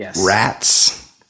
Rats